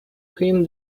him